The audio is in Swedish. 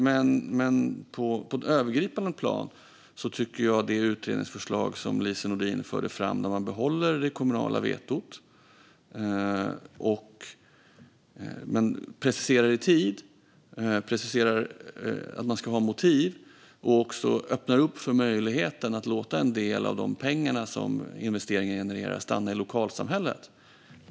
Men på ett övergripande plan tycker jag att det är intressanta idéer i det utredningsförslag som Lise Nordin förde fram där man behåller det kommunala vetot men preciserar det i tid, preciserar att man ska ha motiv och öppnar upp för möjligheten att låta en del av de pengar som investeringen genererar stanna i lokalsamhället.